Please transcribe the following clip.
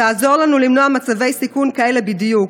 תעזור לנו למנוע מצבי סיכון כאלה בדיוק.